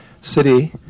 city